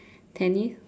tennis